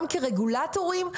גם כרגולטורים,